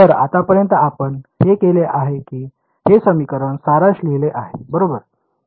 तर आतापर्यंत आपण हे केले आहे की हे समीकरण सारांश लिहिले आहे बरोबर